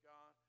God